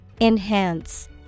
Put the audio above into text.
Enhance